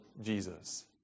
Jesus